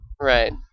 Right